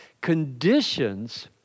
conditions